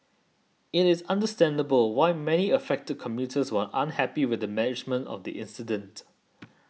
it is understandable why many affected commuters were unhappy with the management of the incident